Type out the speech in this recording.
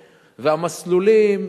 והמסלולים,